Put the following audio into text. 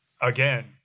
Again